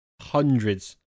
Hundreds